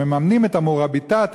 שמממנת את ה"מוראביטאת",